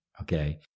Okay